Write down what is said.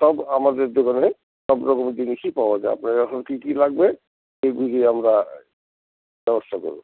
সব আমাদের দোকানে সব রকম জিনিসই পাওয়া যায় আপনার এখন কী কী লাগবে সেই বুঝে আমরা ব্যবস্থা করবো